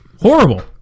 horrible